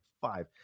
five